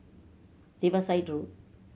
Riverside Road